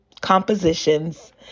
compositions